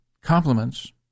compliments